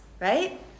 right